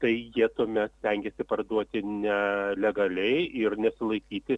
tai jie tuomet stengiasi parduoti nelegaliai ir nesilaikyti